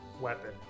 weapon